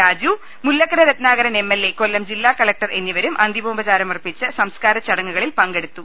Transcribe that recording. Raju Mullakkara Ratnakaran M L A Kollam ജില്ലാ collector എന്നിവരും അന്തിമോപചാരമർപ്പിച്ച് സംസ ്കാരച്ചടങ്ങുകളിൽ പങ്കെടുത്തു